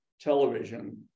television